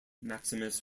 maximus